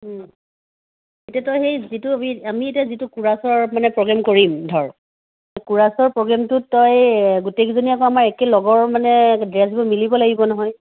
এতিয়া তই সেই যিটো আমি এতিয়া যিটো কোৰাছৰ মানে প্ৰগ্ৰেম কৰিম ধৰ কোৰাছৰ প্ৰগ্ৰেমটোত তই গোটেইকেইজনীয়ে আকৌ আমাৰ একে লগৰ মানে ড্ৰেছবোৰ মিলিব লাগিব নহয়